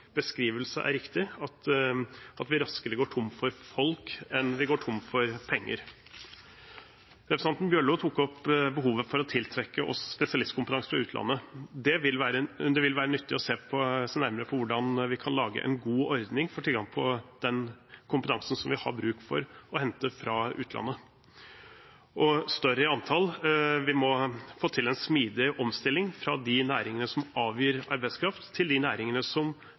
beskrivelse er riktig, at vi raskere går tom for folk enn vi går tom for penger. Representanten Bjørlo tok opp behovet for å tiltrekke oss spesialistkompetanse fra utlandet. Det vil være nyttig å se nærmere på hvordan vi kan lage en god ordning for tilgang på den kompetansen som vi har bruk for å hente fra utlandet. Og større i antall: Vi må få til en smidig omstilling fra de næringene som avgir arbeidskraft, til de næringene som